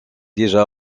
déjà